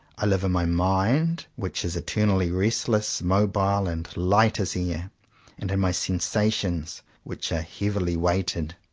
i live in my mind, which is eternally restless, mobile, and light as air and in my sensations, which are heavily weighted,